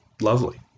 lovely